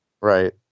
Right